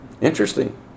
Interesting